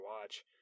watch